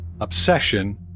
obsession